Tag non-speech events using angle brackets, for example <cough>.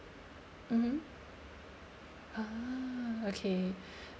mmhmm ah okay <breath>